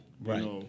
right